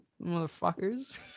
motherfuckers